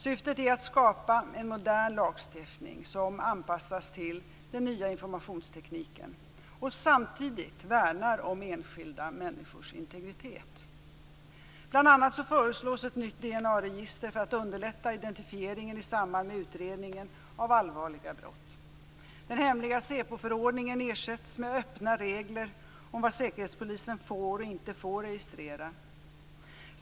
Syftet är att skapa en modern lagstiftning som anpassas till den nya informationstekniken och som samtidigt värnar om enskilda människors integritet. Bl.a. föreslås ett nytt DNA-register för att underlätta identifiering i samband med utredningar av allvarliga brott. Den hemliga säpoförordningen ersätts med öppna regler om vad Säkerhetspolisen får respektive inte får registrera.